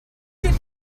did